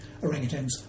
orangutans